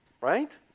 Right